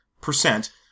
percent